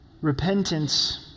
repentance